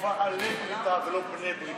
ובעלי בריתה" ולא "בני בריתה",